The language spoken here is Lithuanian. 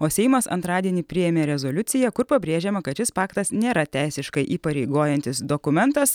o seimas antradienį priėmė rezoliuciją kur pabrėžiama kad šis paktas nėra teisiškai įpareigojantis dokumentas